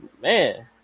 man